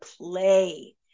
play